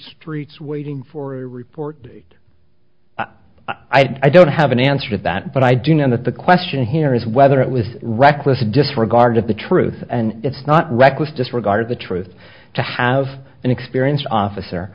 streets waiting for a report i don't have an answer to that but i do know that the question here is whether it was reckless disregard of the truth and it's not reckless disregard of the truth to have an experienced officer